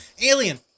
Alien